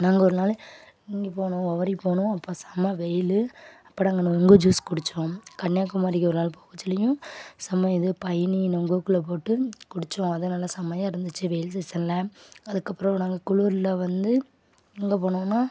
நாங்கள் ஒரு நாள் இங்கே போனோம் ஒவரி போனோம் அப்போ செமை வெயில் அப்போ நாங்கள் நுங்கு ஜூஸ் குடித்தோம் கன்னியாகுமரிக்கு ஒரு நாளைக்கு போக சொல்லியும் செமை இது பதனி நுங்குள்ள போட்டு குடித்தோம் அதுவும் நல்ல செமையாக இருந்துச்சு வெயில் சீசனில் அதுக்கப்புறம் நாங்கள் குளிர்ல வந்து எங்கே போனோம்னா